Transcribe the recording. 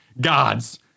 gods